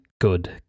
good